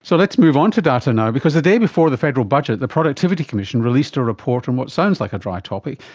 so let's move on to data now, because the day before the federal budget the productivity commission released a report on what sounds like a dry topic,